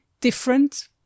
different